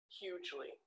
hugely